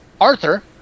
Arthur